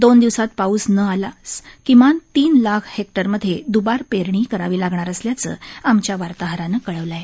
दोन दिवसांत पाऊस न आल्यास किमान तीन लाख हेक्टरमध्ये दुबार पेरणी करावी लागणार असल्याचं आमच्या वार्ताहरानं कळवलं आहे